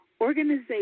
Organization